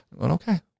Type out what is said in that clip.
Okay